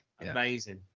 Amazing